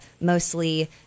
mostly